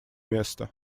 место